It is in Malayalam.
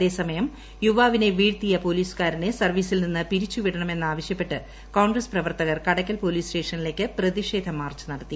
അതേസമയം യുവാവിനെ വീഴ്ത്തിയ പോലീസുകാരനെ സർവ്വീസിൽ നിന്ന് പിരിച്ചുവിടണമെന്ന് ആവശ്യപ്പെട്ട് കോൺഗ്രസ് പ്രവർത്തകർ കടയ്ക്കൽ പോലീസ് സ്റ്റേഷനിലേക്ക് പ്രതിഷേധ മാർച്ച് നടത്തി